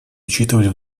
учитывать